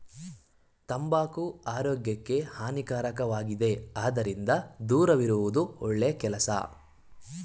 ತಂಬಾಕು ಆರೋಗ್ಯಕ್ಕೆ ಹಾನಿಕಾರಕವಾಗಿದೆ ಅದರಿಂದ ದೂರವಿರುವುದು ಒಳ್ಳೆ ಕೆಲಸ